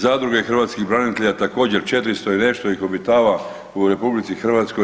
Zadruge hrvatskih branitelja također 400 i nešto ih obitava u RH.